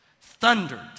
thundered